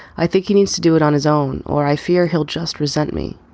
i think he needs to do it on his own. or i fear he'll just resent me.